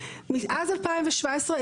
או אצלי או בדיוני הוועדה עצמה.